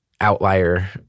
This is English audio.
outlier